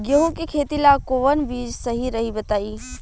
गेहूं के खेती ला कोवन बीज सही रही बताई?